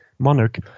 monarch